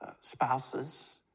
spouses